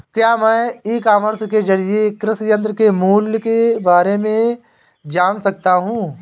क्या मैं e commerce के ज़रिए कृषि यंत्र के मूल्य में बारे में जान सकता हूँ?